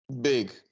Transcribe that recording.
big